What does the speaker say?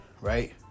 right